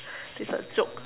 it's a joke